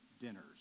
dinners